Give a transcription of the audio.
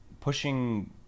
pushing